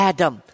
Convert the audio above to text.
Adam